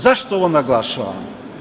Zašto ovo naglašavam?